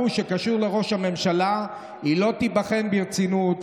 הגוש שקשור לראש הממשלה, לא תיבחן ברצינות.